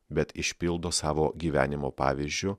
bet išpildo savo gyvenimo pavyzdžiu